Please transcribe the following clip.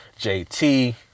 JT